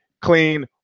clean